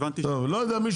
אז מישהו אחר.